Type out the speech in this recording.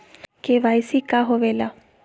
KYC का होवेला?